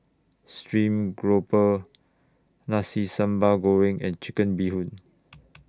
Stream Grouper Nasi Sambal Goreng and Chicken Bee Hoon